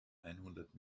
einhundert